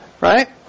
right